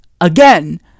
Again